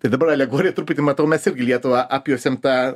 tai dabar alegorija truputį matau mes irgi lietuvą apjuosi ta